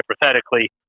hypothetically